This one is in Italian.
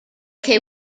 che